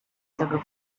tego